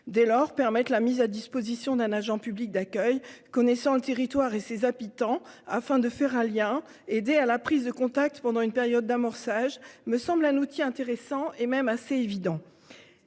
Dès lors, permettre la mise à disposition d'un agent public d'accueil connaissant le territoire et ses habitants, afin de faire un lien, aider à la prise de contact pendant une période d'« amorçage », me semble un outil intéressant, et même assez évident.